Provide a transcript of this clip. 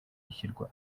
ishyirwa